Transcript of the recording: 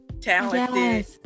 Talented